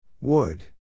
Wood